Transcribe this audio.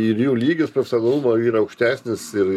ir jų lygis profisionalumo yra aukštesnis ir